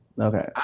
Okay